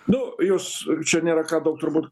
nu jūs čia nėra ką daug turbūt